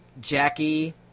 Jackie